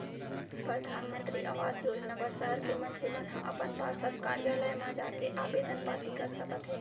परधानमंतरी आवास योजना बर सहर के मनसे मन ह अपन पार्षद कारयालय म जाके आबेदन पाती कर सकत हे